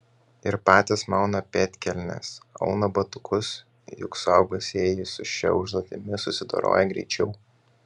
ir patys mauna pėdkelnes auna batukus juk suaugusieji su šia užduotimi susidoroja greičiau